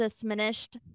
diminished